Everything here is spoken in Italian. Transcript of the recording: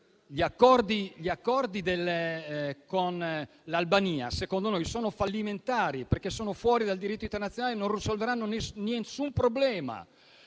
gli accordi con l'Albania, secondo noi, sono fallimentari, perché sono fuori dal diritto internazionale e non risolveranno alcun problema.